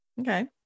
Okay